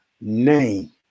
name